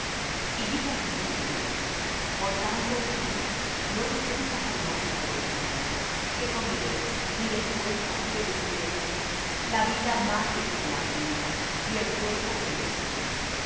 y dijo á sus discípulos por tanto os digo no estéis afanosos de vuestra vida qué comeréis ni del cuerpo qué vestiréis la vida más es que la comida y el cuerpo que el vestido